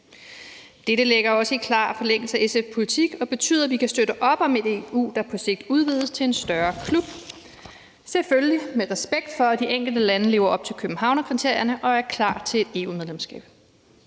Dette ligger også i klar forlængelse af SF's politik og betyder, at vi kan støtte op om et EU, der på sigt udvides til en større klub, selvfølgelig med respekt for, at de enkelte lande lever op til Københavnerkriterierne og er klar til et EU-medlemskab.